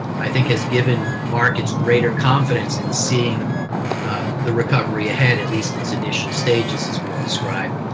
i think, has given markets greater confidence in seeing the recovery ahead, at least its initial stages as we've described.